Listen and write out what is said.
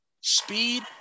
speed